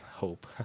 Hope